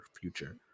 future